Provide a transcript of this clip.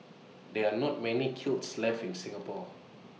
there are not many kilns left in Singapore